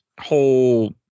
whole